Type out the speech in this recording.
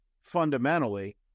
fundamentally